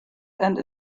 and